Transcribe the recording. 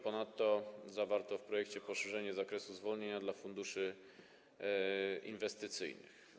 Ponadto zawarto w projekcie poszerzenie zakresu zwolnienia dla funduszy inwestycyjnych.